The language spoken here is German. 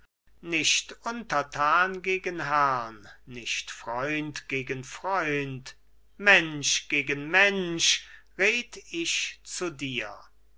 nicht untertan gegen herrn nicht freund gegen freund mensch gegen mensch red ich zu dir